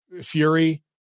Fury